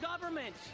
government